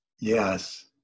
yes